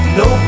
no